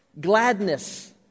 gladness